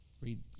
read